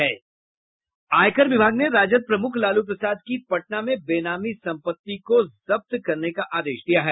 आयकर विभाग ने राजद प्रमुख लालू प्रसाद की पटना में बेनामी संपत्ति को जब्त करने का आदेश दिया है